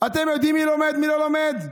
אתם יודעים מי לומד ומי לא לומד?